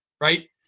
right